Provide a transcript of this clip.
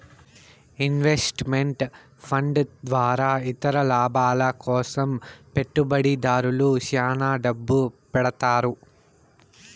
invest meant fund ద్వారా ఇతర లాభాల కోసం పెట్టుబడిదారులు శ్యాన డబ్బు పెడతారు